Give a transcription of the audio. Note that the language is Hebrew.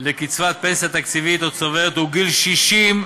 לקצבת פנסיה תקציבית או צוברת הוא 60,